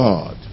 God